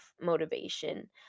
motivation